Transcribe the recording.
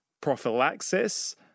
prophylaxis